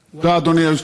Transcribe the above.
תודה, אדוני היושב-ראש.